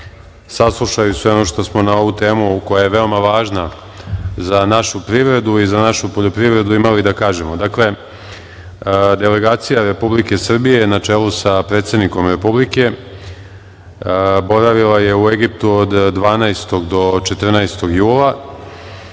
saslušaju sve ono što smo na ovu temu, koja je veoma važna za našu privredu i za našu poljoprivredu ,imali da kažemo. Dakle, delegacija Republike Srbije na čelu sa predsednikom Republike, boravila je u Egiptu od 12. do 14 jula.